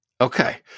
Okay